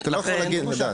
אתה לא יכול להגיד ולדעת.